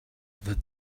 the